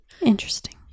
Interesting